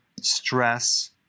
stress